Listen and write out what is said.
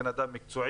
בן אדם מקצועי,